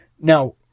now